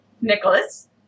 Nicholas